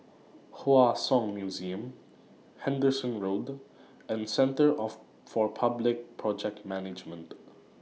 Hua Song Museum Henderson Road and Centre For Public Project Management